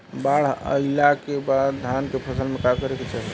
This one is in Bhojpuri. बाढ़ आइले के बाद धान के फसल में का करे के चाही?